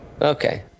Okay